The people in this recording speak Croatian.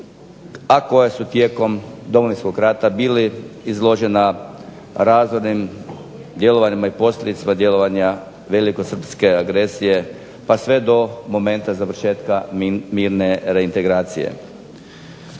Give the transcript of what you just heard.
a koja su tijekom Domovinskog rata bili izložena razornim djelovanjima i posljedicama djelovanja velikosrpske agresije pa sve do momenta završetka mirne reintegracije.